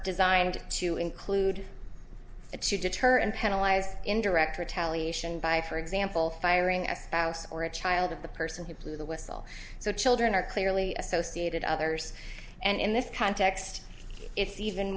designed to include it to deter and penalize indirect retaliation by for example firing a spouse or a child of the person who blew the whistle so children are clearly associated others and in this context it's even